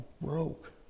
broke